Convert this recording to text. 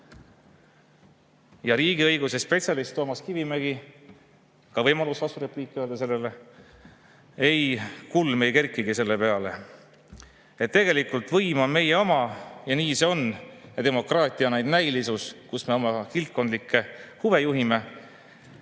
Ja riigiõiguse spetsialistil Toomas Kivimägil – ka võimalus vasturepliiki öelda sellele – kulm ei kerkigi selle peale. See protsess, et tegelikult võim on meie oma ja nii see on ja demokraatia on vaid näilisus, kus me oma kildkondlikke huve juhime,